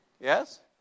Yes